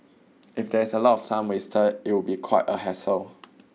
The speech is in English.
if there is a lot of time wasted it would be quite a hassle